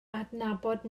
adnabod